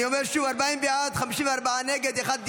אני אומר שוב: 40 בעד, 54 נגד, אחד נמנע.